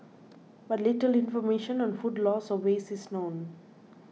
but little information on food loss or waste is known